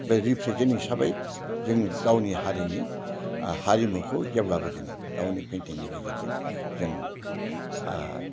बे रिप्रेजेन्ट हिसाबै जोङो गावनि हारिनि हारिमुखौ जेब्लाबो गावनि पेन्टिंनि गेजेरजों जों